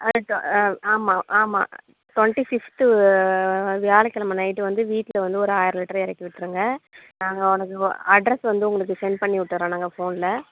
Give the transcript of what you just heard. ஆ அ ஆமாம் ஆமாம் டுவென்டி சிக்ஸ்த்து வியாழக்கிழமை நைட்டு வந்து வீட்டில் வந்து ஒரு ஆயிரம் லிட்ரூ இறக்கி விட்டுருங்க நாங்கள் உனக்கு அட்ரெஸ் வந்து உங்களுக்கு சென்ட் பண்ணி விட்டுறேன் நாங்கள் ஃபோனில்